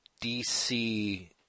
DC